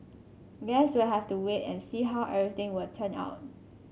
guess we'll have to wait and see how everything would turn out